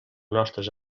nostres